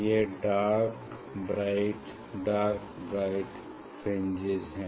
यह dark bright dark bright fringes हैं